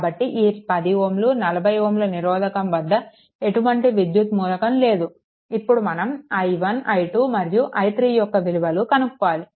కాబట్టి ఈ 10 Ω 40 Ω నిరోధకాల వద్ద ఎలాంటి విద్యుత్ మూలకం లేదు ఇప్పుడు మనం i1 i2 మరియు i3 యొక్క విలువలు కనుక్కోవాలి